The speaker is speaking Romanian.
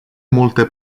multe